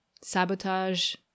sabotage